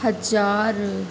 हज़ारु